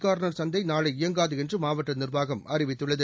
கா்னா் சந்தை நாளை இயங்காது என்று மாவட்ட நிா்வாகம் அறிவித்துள்ளது